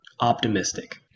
optimistic